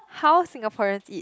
how Singaporeans eat